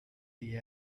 the